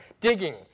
digging